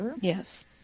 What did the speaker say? Yes